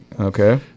Okay